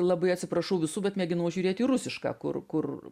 labai atsiprašau visų bet mėginau žiūrėti rusišką kur kur